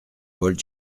paul